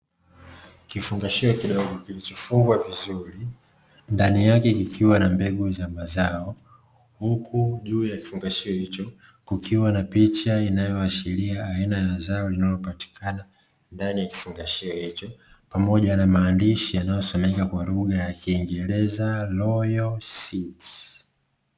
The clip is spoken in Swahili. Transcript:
Kifungashio kidogo kilichofungwa vizuri, ndani yake kikiwa na mbegu za mazao. Huku juu ya kifungashio hicho kukiwa na picha inayoashiria aina ya zao linalopatikana ndani ya kifungashio hicho, pamoja na maandishi yanayosomeka kwa lugha ya kiingereza, "royal seeds".